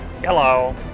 Hello